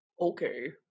okay